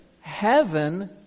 heaven